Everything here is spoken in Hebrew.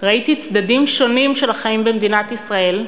ראיתי צדדים שונים של החיים במדינת ישראל,